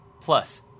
Plus